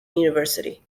university